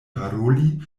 paroli